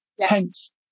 Hence